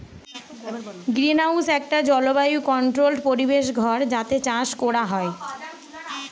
greenhouse একটা জলবায়ু controlled পরিবেশ ঘর যাতে চাষ কোরা হয়